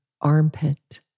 armpit